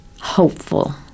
hopeful